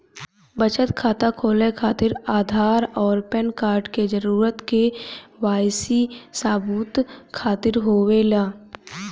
बचत खाता खोले खातिर आधार और पैनकार्ड क जरूरत के वाइ सी सबूत खातिर होवेला